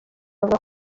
bavuga